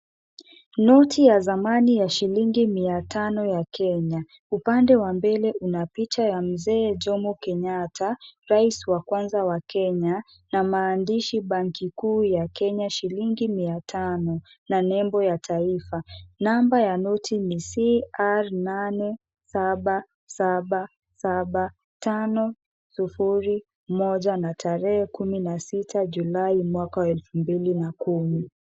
Noti ya zamani ya shilingi mia tano ya Kenya. Upande wa mbele una picha ya mzee Jomo Kenyatta rais wa kwanza wa Kenya na maandishi banki kuu ya Kenya shilingi mia tano na nembo ya taifa. Namba ya noti ni CR8777501 na tarehe kumi na sita Julai mwaka wa elfu mbili na kumi.